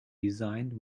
designed